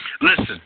Listen